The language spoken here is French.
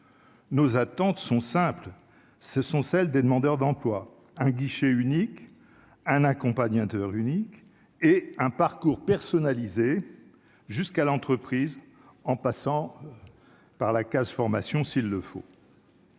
Nos attentes sont simples : ce sont celles des demandeurs d'emploi, un guichet unique, un accompagnateur unique et un parcours personnalisé jusqu'à l'entreprise, en passant par la case formation s'il le faut.